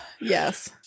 Yes